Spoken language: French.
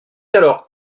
alors